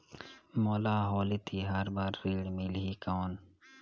मोला होली तिहार बार ऋण मिलही कौन?